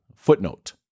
Footnote